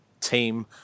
team